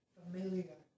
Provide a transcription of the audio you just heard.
familiar